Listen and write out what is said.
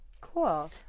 Cool